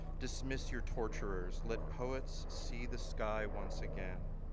dismiss your torturers lit poets see the sky once again